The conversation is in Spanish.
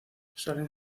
salen